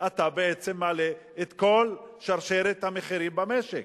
אתה בעצם מעלה את כל שרשרת המחירים במשק,